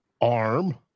Arm